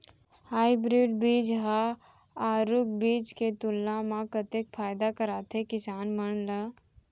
Hybrid बीज हा आरूग बीज के तुलना मा कतेक फायदा कराथे किसान मन ला?